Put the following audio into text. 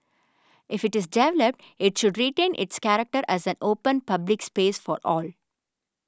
if it is developed it should retain its character as an open public space for all